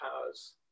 powers